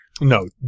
No